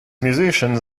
musicians